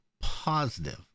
positive